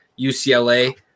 UCLA